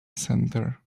centre